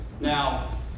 Now